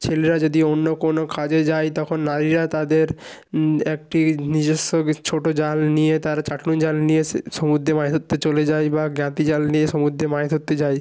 ছেলেরা যদি অন্য কোনো কাজে যায় তখন নারীরা তাদের একটি নিজস্ব বিছোটো জাল নিয়ে তারা ছাঁকনি জাল নিয়ে সে সমুদ্দে মাছ ধরতে চলে যায় বা জ্ঞাতি জাল নিয়ে সমুদ্দে মাছ ধরতে যায়